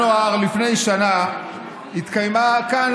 בינואר לפני שנה התקיימה כאן,